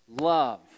love